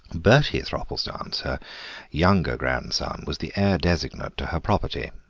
bertie thropplestance, her younger grandson, was the heir designate to her property,